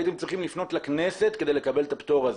הייתם צריכים לפנות לכנסת כדי לקבל את הפטור הזה.